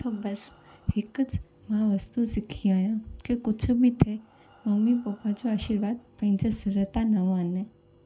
त बसि हिकु मां वस्तु सिखी आहियां मूंखे कुझ बि ममी पपा जो आशिर्वाद पंहिंजे सिर त न वञे